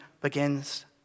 begins